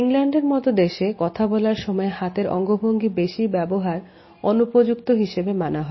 ইংল্যান্ডের মতো দেশে কথা বলার সময় হাতের অঙ্গভঙ্গি বেশি ব্যবহার অনুপযুক্ত হিসেবে মানা হয়